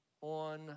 on